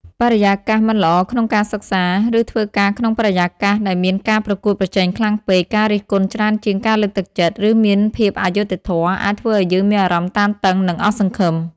បរិយាកាសមិនល្អការក្នុងសិក្សា ឬធ្វើការក្នុងបរិយាកាសដែលមានការប្រកួតប្រជែងខ្លាំងពេក ការរិះគន់ច្រើនជាងការលើកទឹកចិត្ត ឬមានភាពអយុត្តិធម៌ អាចធ្វើឲ្យយើងមានអារម្មណ៍តានតឹង និងអស់សង្ឃឹម។